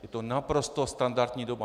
Je to naprosto standardní doba.